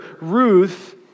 Ruth